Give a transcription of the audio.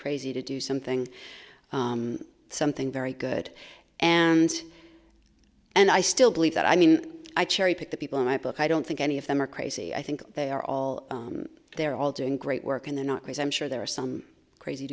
crazy to do something something very good and and i still believe that i mean i cherry pick the people in my book i don't think any of them are crazy i think they are all they're all doing great work and they're not crazy i'm sure there are some crazy